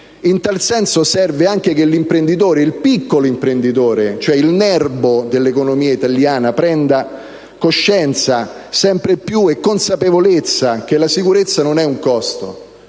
In tal senso, serve anche che l'imprenditore, il piccolo imprenditore, cioè il nerbo dell'economia italiana, prenda sempre più coscienza e consapevolezza che la sicurezza non è un costo,